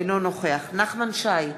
אינו נוכח נחמן שי,